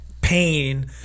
pain